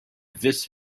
this